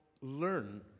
learn